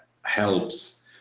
helps